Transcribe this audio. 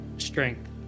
Strength